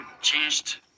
changed